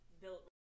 built